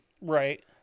Right